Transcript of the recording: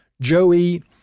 joey